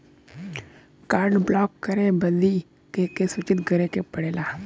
Card block करे बदी के के सूचित करें के पड़ेला?